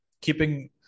keeping